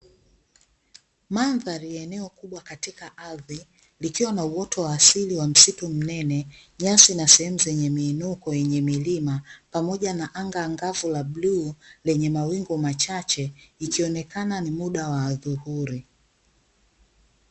Mandhari ya eneo kubwa katika ardhi, likiwa na uoto wa asili na msitu mnene nyasi na sehemu zenye miinuko yenye milima pamoja na anga angavu la bluu lenye mawingu machache, ikionekana ni muda wa adhuhuri.